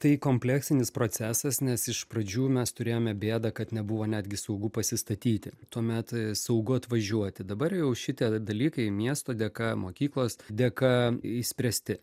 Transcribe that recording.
tai kompleksinis procesas nes iš pradžių mes turėjome bėdą kad nebuvo netgi saugu pasistatyti tuomet saugu atvažiuoti dabar jau šitie dalykai miesto dėka mokyklos dėka išspręsti